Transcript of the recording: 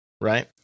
Right